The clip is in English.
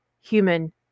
Human